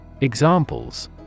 Examples